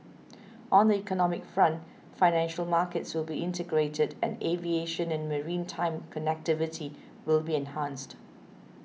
on the economic front financial markets will be integrated and aviation and maritime connectivity will be enhanced